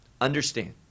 understand